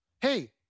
hey